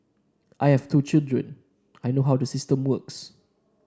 I have two children I know how the system works